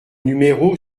numéro